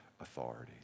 authority